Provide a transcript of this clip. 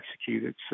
executed